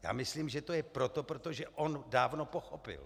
Já myslím, že to je proto, že on dávno pochopil.